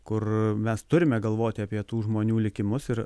kur mes turime galvoti apie tų žmonių likimus ir